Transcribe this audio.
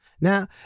Now